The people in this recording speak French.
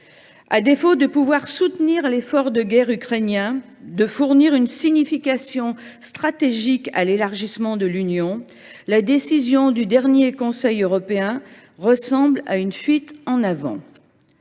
À défaut de pouvoir soutenir l’effort de guerre ukrainien et de donner une signification stratégique à l’élargissement de l’Union, la décision du dernier Conseil européen ressemble à une fuite en avant.